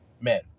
men